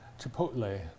Chipotle